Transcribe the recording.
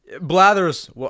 Blathers